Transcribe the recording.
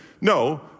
No